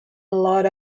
lot